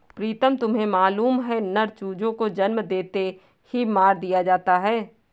प्रीतम तुम्हें मालूम है नर चूजों को जन्म लेते ही मार दिया जाता है